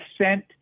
sent